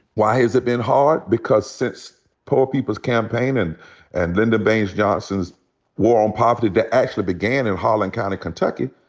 why has it been hard? because since poor people's campaign and and lyndon baines johnson's war on poverty that actually began in harlan county, kentucky,